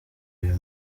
ayo